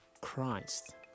Christ